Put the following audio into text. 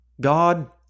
God